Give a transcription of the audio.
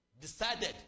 decided